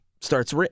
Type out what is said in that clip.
starts